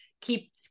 keep